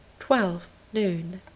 twelve noon.